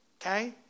Okay